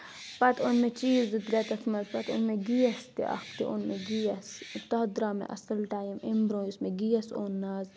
پَتہٕ اوٚن مےٚ چیٖز زٕ ترٛےٚ تَتھ منٛز پَتہٕ اوٚن مےٚ گیس تہِ اَکھ تہِ اوٚن مےٚ گیس تَتھ درٛاو مےٚ اَصٕل ٹایم اَمہِ برونٛہہ یُس مےٚ گیس اوٚن نہٕ آز